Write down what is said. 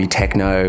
techno